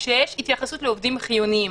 שיש התייחסות לעובדים חיוניים,